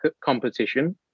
competition